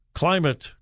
climate